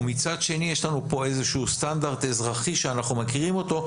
ומצד שני יש לנו פה איזשהו סטנדרט אזרחי שאנחנו מכירים אותו,